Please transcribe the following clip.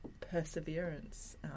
perseverance